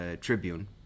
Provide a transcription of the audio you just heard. tribune